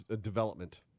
development